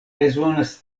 bezonas